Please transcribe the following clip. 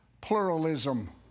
pluralism